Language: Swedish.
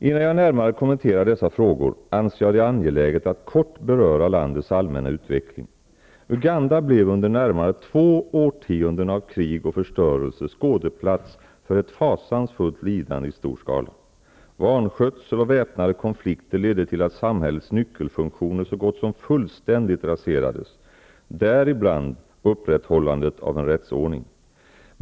Innan jag närmare kommenterar dessa frågor, anser jag det angeläget att kort beröra landets allmänna utveckling. Uganda blev under närmare två årtionden av krig och förstörelse skådeplats för ett fasansfullt lidande i stor skala. Vanskötsel och väpnade konflikter ledde till att samhällets nyckelfunktioner så gott som fullständigt raserades, däribland upprätthållandet av en rättsordning.